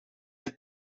een